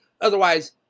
Otherwise